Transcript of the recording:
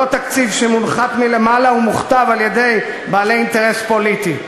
לא תקציב שמונחת מלמעלה ומוכתב על-ידי בעלי אינטרס פוליטי.